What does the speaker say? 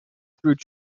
through